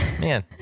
Man